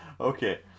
Okay